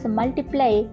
multiply